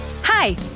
Hi